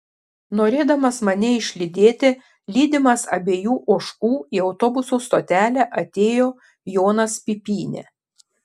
norėdamas mane išlydėti lydimas abiejų ožkų į autobusų stotelę atėjo jonas pipynė